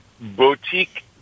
boutique